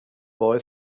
boy